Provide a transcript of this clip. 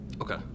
Okay